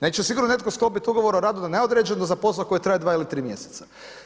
Neće sigurno netko sklopiti ugovor o radu na neodređeno za posao koji traje dva ili tri mjeseca.